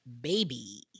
Baby